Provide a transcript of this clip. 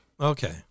Okay